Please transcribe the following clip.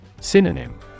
Synonym